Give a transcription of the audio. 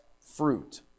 fruit